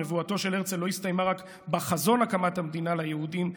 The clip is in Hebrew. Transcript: נבואתו של הרצל לא הסתיימה רק בחזון הקמת המדינה ליהודים,